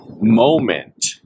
moment